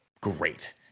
great